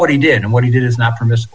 what he did and what he did is not permissi